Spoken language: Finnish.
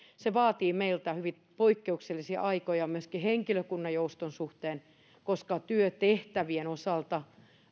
se vaatii meiltä hyvin poikkeuksellisia aikoja myöskin henkilökunnan jouston suhteen koska työtehtävien osalta